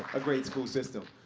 a great school system.